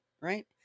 right